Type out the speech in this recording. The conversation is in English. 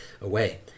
away